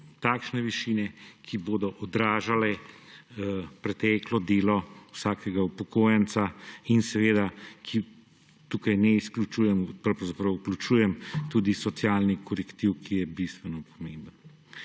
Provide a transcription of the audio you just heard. takšne višine, ki bodo odražale preteklo delo vsakega upokojenca. Tukaj seveda ne izključujem, pravzaprav vključujem tudi socialni korektiv, ki je bistveno pomemben.